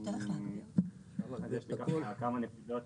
כמה נקודות,